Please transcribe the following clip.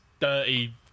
dirty